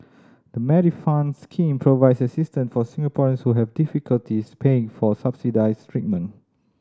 the Medifund scheme provides assistance for Singaporeans who have difficulties paying for subsidized treatment